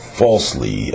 falsely